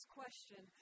question